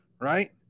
right